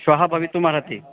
श्वः भवितुमर्हति